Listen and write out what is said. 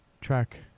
track